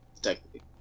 Technically